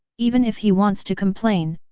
even if he wants to complain,